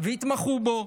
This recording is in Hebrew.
והתמחו בו,